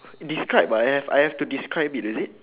describe ah I have I have to describe it is it